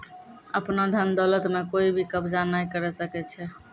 आपनो धन दौलत म कोइ भी कब्ज़ा नाय करै सकै छै